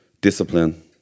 discipline